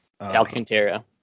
Alcantara